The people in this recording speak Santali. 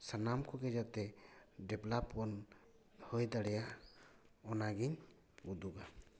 ᱥᱟᱱᱟᱢ ᱠᱚᱜᱮ ᱡᱟᱛᱮ ᱰᱮᱵᱽᱞᱚᱯ ᱵᱚᱱ ᱦᱳᱭ ᱫᱟᱲᱮᱭᱟᱜ ᱚᱱᱟᱜᱮᱧ ᱩᱫᱩᱜᱟ